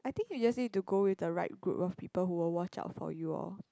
I think you just need to go with the right group of people who will watch out for you all